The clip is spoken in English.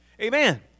Amen